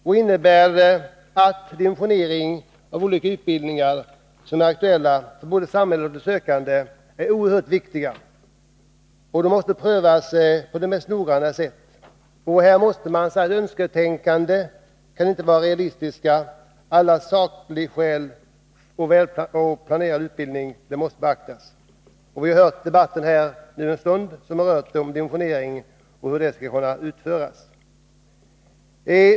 Den innebär att dimensionering av de olika utbildningar som är aktuella för både samhället och dem som söker är oerhört viktig, varför det måste bli fråga om den mest noggranna prövning. Här kan inte önsketänkande få avgöra, utan alla sakliga skäl och planerad utbildning måste beaktas. I debatten som pågått en stund har vi hört hur dimensioneringen skall kunna göras.